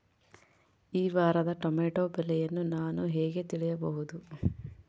ಈ ವಾರದ ಟೊಮೆಟೊ ಬೆಲೆಯನ್ನು ನಾನು ಹೇಗೆ ತಿಳಿಯಬಹುದು?